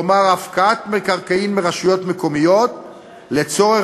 כלומר הפקעת מקרקעין מרשויות מקומיות לצורך